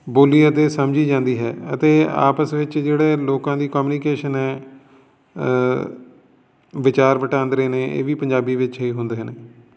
ਬੋਲੀ ਅਤੇ ਸਮਝੀ ਜਾਂਦੀ ਹੈ ਅਤੇ ਆਪਸ ਵਿੱਚ ਜਿਹੜੇ ਲੋਕਾਂ ਦੀ ਕਮਿਊਨੀਕੇਸ਼ਨ ਹੈ ਵਿਚਾਰ ਵਟਾਂਦਰੇ ਨੇ ਇਹ ਵੀ ਪੰਜਾਬੀ ਵਿੱਚ ਹੀ ਹੁੰਦੇ ਨੇ